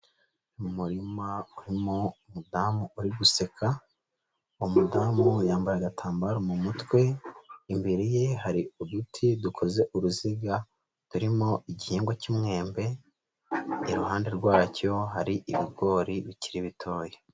Umurima urimo umudamu uri guseka, uwo mudamu yambaye agatambaro mu mutwe, imbere ye hari uduti dukoze uruziga turimo igihingwa cy'umwembe, iruhande rwacyo hari ibigori bikiri bitoya.